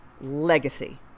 Legacy